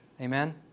Amen